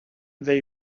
they